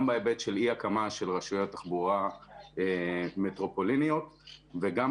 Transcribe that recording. גם בהיבט של אי הקמה של רשויות תחבורה מטרופוליניות וגם